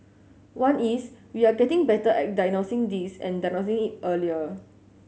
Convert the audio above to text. one is we are getting better at diagnosing this and diagnosing it earlier